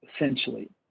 essentially